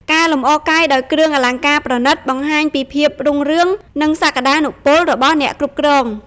ការលម្អកាយដោយគ្រឿងអលង្ការប្រណីត បង្ហាញពីភាពរុងរឿង និងសក្តានុពលរបស់អ្នកគ្រប់គ្រង។